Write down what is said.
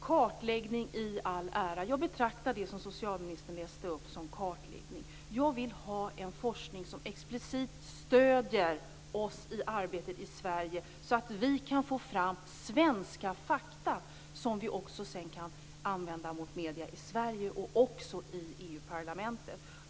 Kartläggning i all ära - jag betraktar det som socialministern läste upp som kartläggning - men jag vill ha en forskning som explicit stöder oss i arbetet i Sverige så att vi kan få fram svenska fakta som vi sedan kan använda mot medierna i Sverige och också i EU-parlamentet.